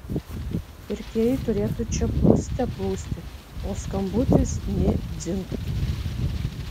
pirkėjai turėtų čia plūste plūsti o skambutis nė dzingt